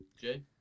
Jay